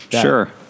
sure